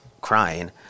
crying